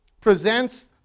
presents